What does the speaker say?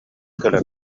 кэлэн